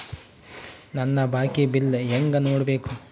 ನನ್ನ ಬಾಕಿ ಬಿಲ್ ಹೆಂಗ ನೋಡ್ಬೇಕು?